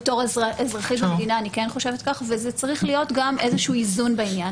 אבל כן צריך להיות איזשהו איזון בעניין.